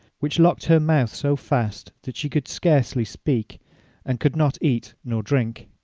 which locked her mouth so fast that she could scarcely speak and could not eat nor drink.